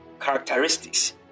characteristics